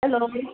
hello